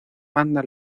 banda